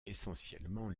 essentiellement